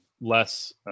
less